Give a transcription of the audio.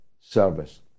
service